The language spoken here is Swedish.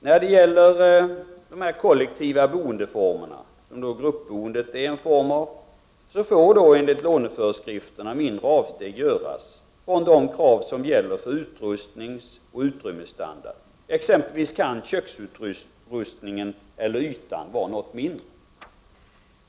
När det gäller kollektivt boende, som gruppboendet är en form av, får enligt låneföreskrifterna mindre avsteg göras från de krav som gäller för utrustningsoch utrymmesstandard. Exempelvis kan köksutrustningen eller ytan vara något mindre.